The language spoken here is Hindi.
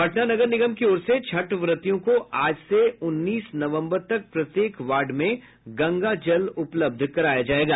पटना नगर निगम की ओर से छठवर्तियों को आज से उन्नीस नवम्बर तक प्रत्येक वार्ड में गंगा जल उपलब्ध कराया जायेगा